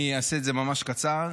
אני אעשה את זה ממש קצר.